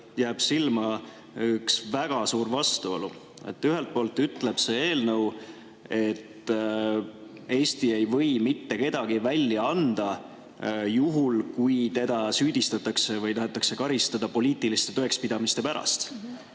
jääb silma üks väga suur vastuolu. Ühelt poolt ütleb see eelnõu, et Eesti ei või mitte kedagi välja anda, juhul kui teda süüdistatakse või tahetakse karistada poliitiliste tõekspidamiste pärast.